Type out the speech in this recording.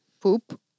poop